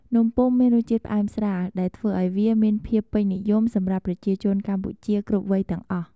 នំពុម្ពមានរសជាតិផ្អែមស្រាល ដែលធ្វើឱ្យវាមានភាពពេញនិយមសម្រាប់ប្រជាជនកម្ពុជាគ្រប់វ័យទាំងអស់។